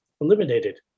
Eliminated